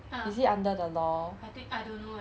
ah I think I don't know eh